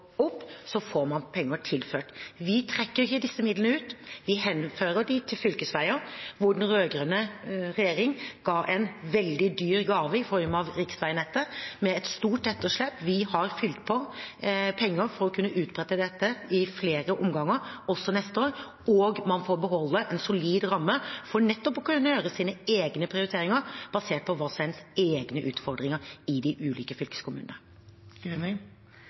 får man penger tilført. Vi trekker ikke disse midlene ut, vi henfører dem til fylkesveier, der den rød-grønne regjeringen ga oss en veldig dyr gave i form av riksveinettet, med et stort etterslep. Vi har fylt på med penger for å kunne utbedre dette i flere omganger, også neste år, og man får beholde en solid ramme for nettopp å kunne gjøre sine egne prioriteringer basert på hva som er ens egne utfordringer i de ulike fylkeskommunene.